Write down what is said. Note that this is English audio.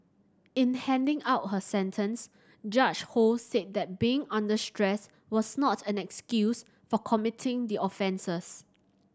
in handing out her sentence Judge Ho said that being under stress was not an excuse for committing the offences